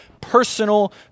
personal